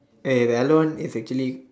eh the elder one is actually